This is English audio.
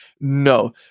No